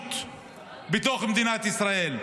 המשילות בתוך מדינת ישראל,